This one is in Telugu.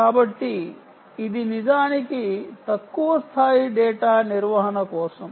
కాబట్టి ఇది నిజానికి తక్కువ స్థాయి డేటా నిర్వహణ కోసం